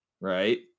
Right